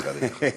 לא, חס וחלילה.